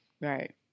right